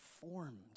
formed